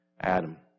Adam